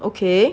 okay